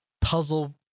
puzzle